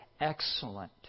excellent